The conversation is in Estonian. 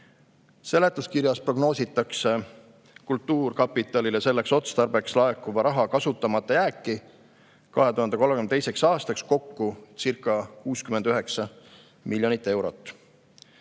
Seletuskirjas prognoositakse kultuurkapitalile selleks otstarbeks laekuva raha kasutamata jääki 2032. aastaks kokkucirca69 miljonit eurot.